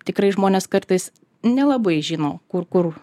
tikrai žmonės kartais nelabai žino kur kur